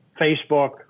Facebook